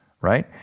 right